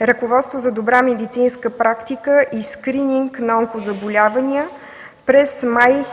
„Ръководство за добра медицинска практика и скрининг на онкозаболявания” през месец май